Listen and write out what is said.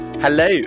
Hello